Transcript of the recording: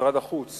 משרד החוץ